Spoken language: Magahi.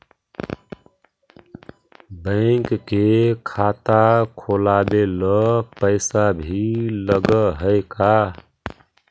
बैंक में खाता खोलाबे ल पैसा भी लग है का?